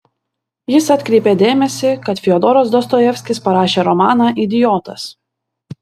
jis atkreipė dėmesį kad fiodoras dostojevskis parašė romaną idiotas